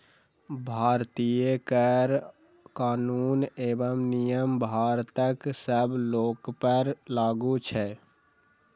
भारतीय कर कानून एवं नियम भारतक सब लोकपर लागू छै